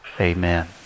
Amen